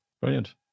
Brilliant